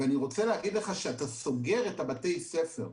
ואני רוצה להגיד לך שכשאתה סוגר את בתי הספר,